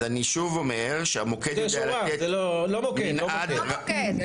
אז אני שוב אומר שהמוקד יודע לתת מנעד.